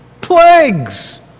Plagues